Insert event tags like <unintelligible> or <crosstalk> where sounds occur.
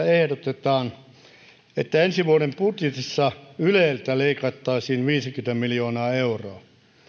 <unintelligible> ehdotetaan että ensi vuoden budjetissa yleltä leikattaisiin viisikymmentä miljoonaa euroa